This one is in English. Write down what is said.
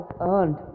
earned